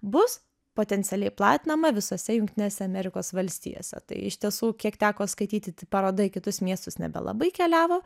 bus potencialiai platinama visose jungtinėse amerikos valstijose tai iš tiesų kiek teko skaityti paroda į kitus miestus nebelabai keliavo